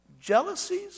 jealousies